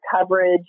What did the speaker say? coverage